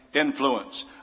influence